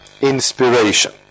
inspiration